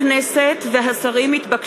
אבקש מהקהל, מחברי הכנסת ומהשרים לקום.